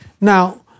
Now